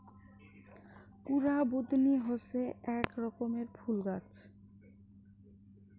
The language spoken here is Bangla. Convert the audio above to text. কুরা বুদনি হসে আক রকমের ফুল গাছ